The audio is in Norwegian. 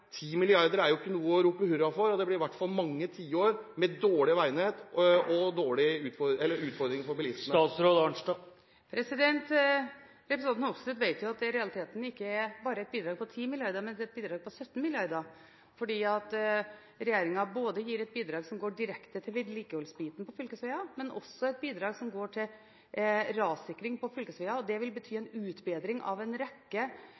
jo ikke noe å rope hurra for. Det blir i hvert fall mange tiår med dårlig veinett og utfordringer for bilistene. Representanten Hoksrud vet jo at det i realiteten er ikke bare et bidrag på 10 mrd. kr, men et bidrag på 17 mrd. kr. Det er fordi regjeringen gir både et bidrag som går direkte til vedlikeholdsbiten på fylkesvegene, og et bidrag som går til rassikring på fylkesveger. Det vil bety en utbedring av en rekke